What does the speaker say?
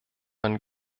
ein